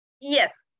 Yes